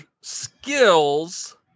skills